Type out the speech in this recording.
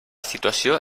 situació